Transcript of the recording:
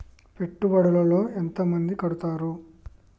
పెట్టుబడుల లో ఎంత మంది కడుతరు?